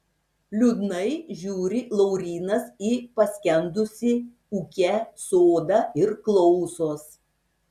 liūdnai žiūri laurynas į paskendusį ūke sodą ir klausos